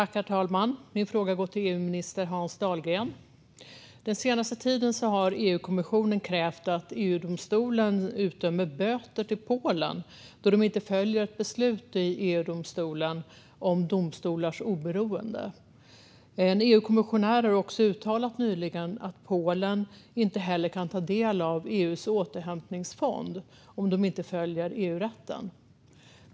Herr talman! Min fråga går till EU-minister Hans Dahlgren. Den senaste tiden har EU-kommissionen krävt att EU-domstolen ska utdöma böter till Polen då landet inte följer ett beslut i EU-domstolen om domstolars oberoende. En EU-kommissionär har också nyligen uttalat att Polen inte heller kan ta del av EU:s återhämtningsfond om man inte följer EU-rätten.